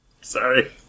Sorry